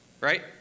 right